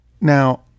Now